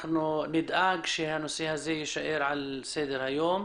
נדאג שהנושא יישאר על סדר היום.